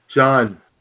John